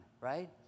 right